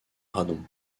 radon